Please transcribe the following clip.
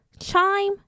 Chime